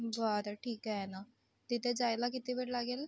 बरं ठीक आहे ना तिथे जायला किती वेळ लागेल